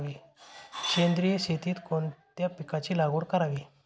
सेंद्रिय शेतीत कोणत्या पिकाची लागवड करावी?